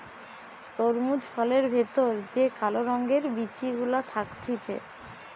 তরমুজ ফলের ভেতর যে কালো রঙের বিচি গুলা থাকতিছে